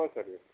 हो सर येऊ